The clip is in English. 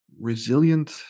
resilient